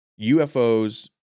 UFOs